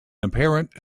apparent